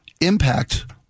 impact